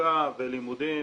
תעסוקה ולימודים